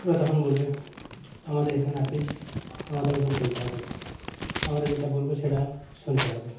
ওরা তখন বলবে আমাদের এখানে আছিস আমাদের মতন চলতে হবে আমরা যেটা বলবো সেটা শুনতে হবে